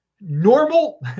normal